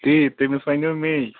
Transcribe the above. ٹھیٖک تٔمِس وَنیو میے